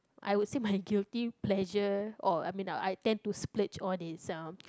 I will say my guilty pleasure or I mean I tend to splurge on itself